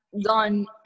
done